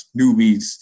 newbies